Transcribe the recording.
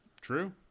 True